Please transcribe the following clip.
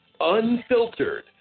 unfiltered